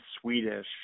Swedish